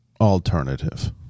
alternative